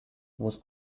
was